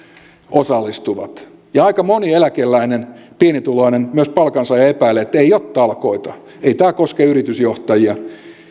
osallistuvat aika moni eläkeläinen pienituloinen myös palkansaaja epäilee että ei ole talkoita ei tämä koske yritysjohtajia